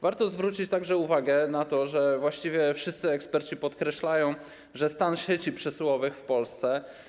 Warto zwrócić także uwagę na to, że właściwie wszyscy eksperci podkreślają, że stan sieci przesyłowych w Polsce.